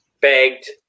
begged